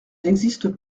n’existe